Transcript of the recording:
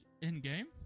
In-game